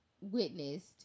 witnessed